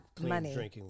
money